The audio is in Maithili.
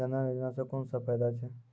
जनधन योजना सॅ कून सब फायदा छै?